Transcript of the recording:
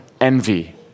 envy